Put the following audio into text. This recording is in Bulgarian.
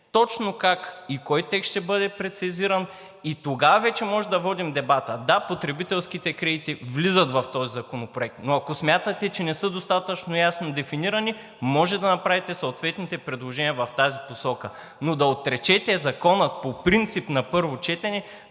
точно как ще бъде прецизиран. Тогава вече можем да водим дебата. Да, потребителските кредити влизат в този законопроект, но ако смятате, че не са достатъчно ясно дефинирани, може да направите съответните предложения в тази посока, но да отречете Закона по принцип на първо четене,